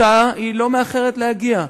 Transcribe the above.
התוצאה לא מאחרת להגיע.